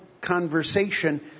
conversation